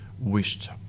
wished